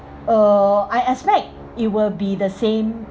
uh I expect it will be the same